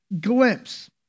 glimpse